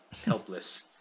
helpless